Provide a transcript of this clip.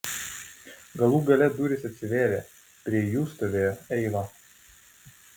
galų gale durys atsivėrė prie jų stovėjo eiva